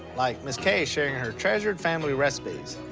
like miss kay sharing her treasured family recipes.